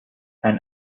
ein